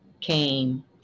came